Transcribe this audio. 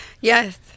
Yes